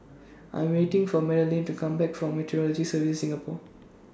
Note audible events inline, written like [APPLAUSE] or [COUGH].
I'm waiting For Madelene to Come Back from Meteorology Services Singapore [NOISE]